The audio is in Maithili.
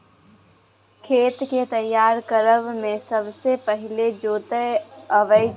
खेत केँ तैयार करब मे सबसँ पहिने जोतब अबै छै